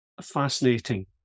fascinating